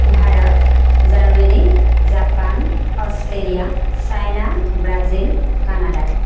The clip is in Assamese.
Bharat Germany Japan Australia China Brazil Canada